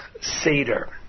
Seder